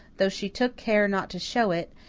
though she took care not to show it,